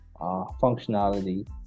functionality